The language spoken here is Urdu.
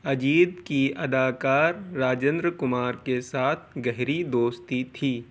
اجیت کی اداکار راجندر کمار کے ساتھ گہری دوستی تھی